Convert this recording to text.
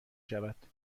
شود